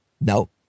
No